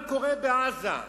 של מה שקורה בעזה,